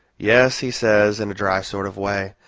yes, he says, in a dry sort of way,